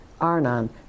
Arnon